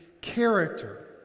character